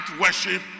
worship